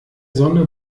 sonne